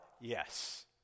Yes